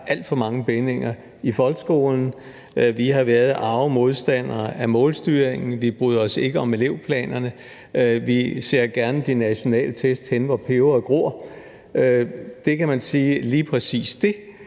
alt for mange bindinger i folkeskolen. Vi har været arge modstandere af målstyringen, vi bryder os ikke om elevplanerne, og vi ser gerne de nationale test henne, hvor peberet gror. Og man kan sige, at lige præcis det